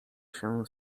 się